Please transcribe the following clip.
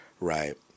Right